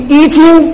eating